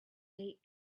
date